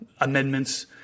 amendments